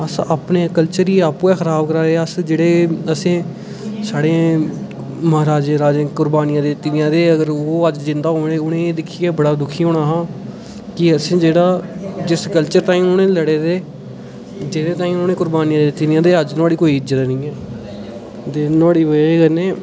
अपने कल्चर ई आपूं गै खराब करा दे अस जेह्ड़े असें साढ़े महाराजे राजे कुर्बानियां दित्ती दियां ते ओह् अगर जिंदा होन उ'नें अज्ज दिक्खियै बड़ा दुखी होना हा की असें जेह्ड़ा जिस कल्चर ताईं उ'नें लड़े दे जेह्दे ताईं उ'नें कुर्बानियां दित्ती दियां ते अज्ज नुआढ़ी कोई इज्जत निं दे नुआढ़ी वजह् कन्नै